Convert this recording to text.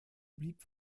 blieb